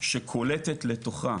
שקולטת לתוכה